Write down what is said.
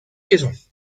saisons